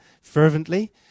fervently